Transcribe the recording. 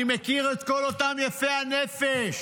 אני מכיר את כל אותם יפי הנפש,